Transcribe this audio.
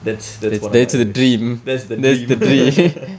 that's that's one of my wish that's the dream